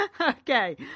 Okay